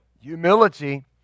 humility